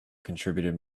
contributed